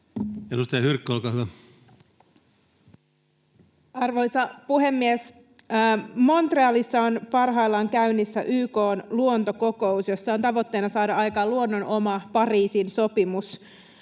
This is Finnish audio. Time: 13:57 Content: Arvoisa puhemies! Montrealissa on parhaillaan käynnissä YK:n luontokokous, jossa on tavoitteena saada aikaan luonnon oma Pariisin sopimus.